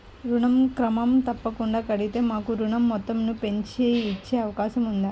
ఋణం క్రమం తప్పకుండా కడితే మాకు ఋణం మొత్తంను పెంచి ఇచ్చే అవకాశం ఉందా?